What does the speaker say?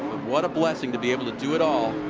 what a blessing to be able to do it all.